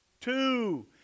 Two